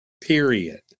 period